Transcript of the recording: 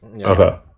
Okay